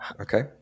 Okay